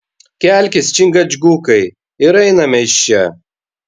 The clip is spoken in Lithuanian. kelkis čingačgukai ir einame iš čia